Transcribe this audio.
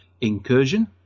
Incursion